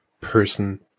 person